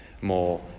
more